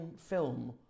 film